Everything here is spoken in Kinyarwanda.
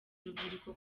urubyiruko